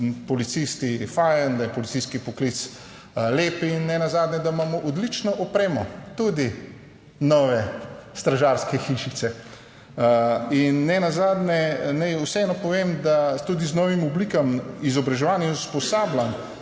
da so policisti fajn, da je policijski poklic lep in nenazadnje, da imamo odlično opremo, tudi nove stražarske hišice. In nenazadnje naj vseeno povem, da tudi z novimi oblikami izobraževanja in usposabljanj